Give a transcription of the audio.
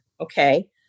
okay